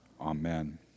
Amen